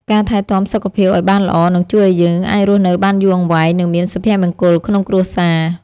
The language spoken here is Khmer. ការថែទាំសុខភាពឱ្យបានល្អនឹងជួយឱ្យយើងអាចរស់នៅបានយូរអង្វែង និងមានសុភមង្គលក្នុងគ្រួសារ។